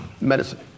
Medicine